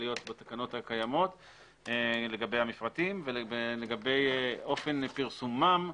להיות בתקנות הקיימות לגבי המפרטים ולגבי אופן פרסומם,